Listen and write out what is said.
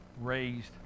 raised